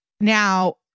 Now